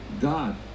God